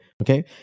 okay